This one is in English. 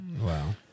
Wow